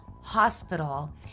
hospital